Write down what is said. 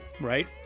right